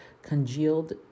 Congealed